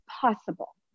possible